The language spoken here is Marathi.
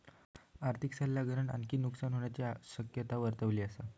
आर्थिक सल्लागारान आणखी नुकसान होण्याची शक्यता वर्तवली असा